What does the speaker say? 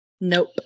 Nope